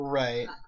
right